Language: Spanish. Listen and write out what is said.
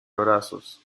abrazos